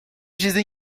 dizem